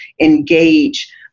engage